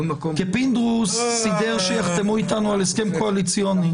פינדרוס סידר שיחתמו אתנו על הסכם קואליציוני.